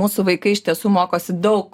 mūsų vaikai iš tiesų mokosi daug